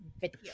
video